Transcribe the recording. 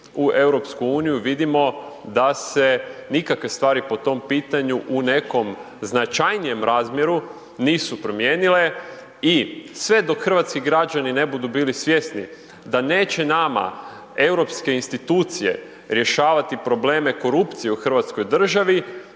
u EU, vidimo da se nikakve stvari po tom pitanju u nekog značajnijem razmjeru nisu promijenile i sve dok hrvatski građani ne budu bili svjesni, da neće nama europske institucije, rješavati probleme korupcije u Hrvatskoj državi,